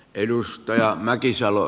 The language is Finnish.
tältä pohjalta